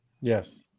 Yes